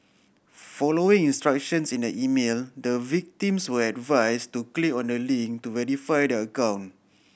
following instructions in the email the victims were advised to click on a link to verify their account